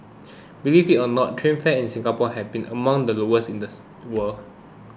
believe it or not train fares in Singapore have been among the lowest in the world